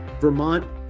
Vermont